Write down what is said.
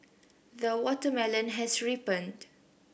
the watermelon has ripened